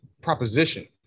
proposition